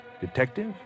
Detective